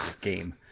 game